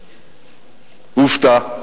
מופתע.